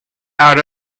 out